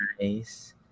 nice